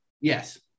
Yes